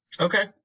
Okay